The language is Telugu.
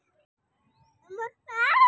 పొద్దుతిరుగుడు పంటకి నీటిని ఏ మోతాదు లో వాడాలి?